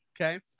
Okay